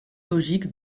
logique